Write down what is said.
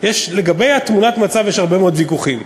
לגבי תמונת המצב יש הרבה מאוד ויכוחים.